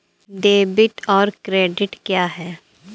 Debit और credit क्या है?